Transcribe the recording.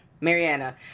Mariana